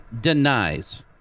denies